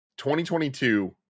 2022